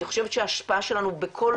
אני חושבת שההשפעה שלנו בכל